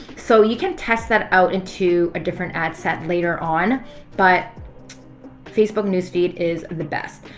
so you can test that out into a different ad set later on but facebook news feed is the best.